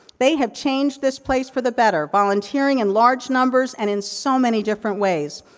they have changed this place for the better, volunteering in large numbers, and in so many different ways.